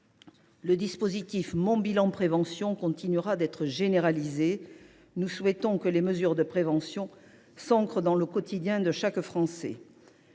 Le dispositif Mon bilan prévention continuera d’être généralisé. Nous souhaitons que les mesures de prévention s’ancrent dans le quotidien de chaque Français.